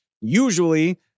usually